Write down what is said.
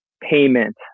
payment